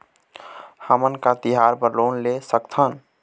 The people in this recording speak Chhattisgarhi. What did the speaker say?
हमन का तिहार बर लोन ले सकथन?